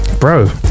bro